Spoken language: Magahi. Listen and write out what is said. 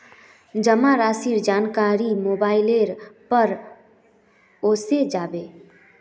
जमा राशिर जानकारी मोबाइलेर पर ओसे जाबे